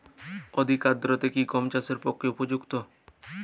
অধিক আর্দ্রতা কি গম চাষের পক্ষে উপযুক্ত?